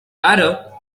arab